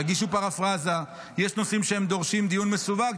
תגישו פרפראזה, יש נושאים שדורשים דיון מסווג?